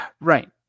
Right